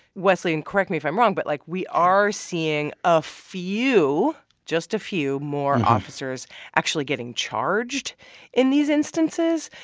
wesley and correct me if i'm wrong but, like, we are seeing a few just a few more and officers actually getting charged in these instances.